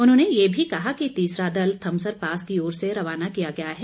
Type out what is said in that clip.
उन्होंने यह भी कहा कि तीसरा दल थमसर पास की ओर से रवाना किया गया है